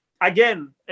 again